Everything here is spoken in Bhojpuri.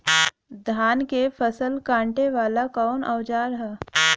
धान के फसल कांटे वाला कवन औजार ह?